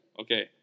Okay